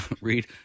read